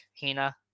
Hina